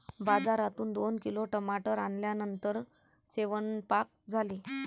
बाजारातून दोन किलो टमाटर आणल्यानंतर सेवन्पाक झाले